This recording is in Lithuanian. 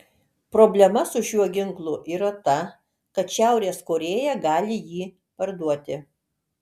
problema su šiuo ginklu yra ta kad šiaurės korėja gali jį parduoti